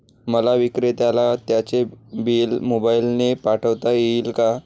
मला विक्रेत्याला त्याचे बिल मोबाईलने पाठवता येईल का?